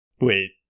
Wait